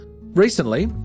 Recently